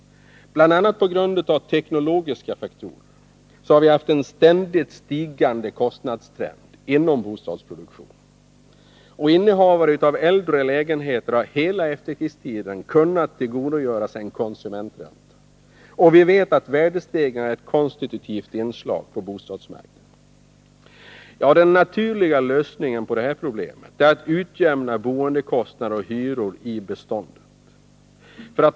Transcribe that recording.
Bl. a. på grund av teknologiska faktorer har vi haft en ständigt stigande kostnadstrend inom bostadsproduktionen. Innehavare av äldre lägenheter har under hela efterkrigstiden kunnat tillgodogöra sig en konsumentränta. Vi vet att värdestegringar är ett konstitutivt inslag på bostadsmarknaden. Den naturliga lösningen på detta problem är att utjämna boendekostnader och hyror i beståndet.